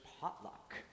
potluck